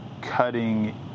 cutting